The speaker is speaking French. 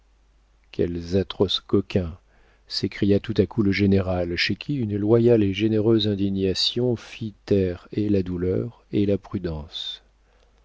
quels atroces coquins s'écria tout à coup le général chez qui une loyale et généreuse indignation fit taire et la douleur et la prudence